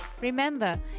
Remember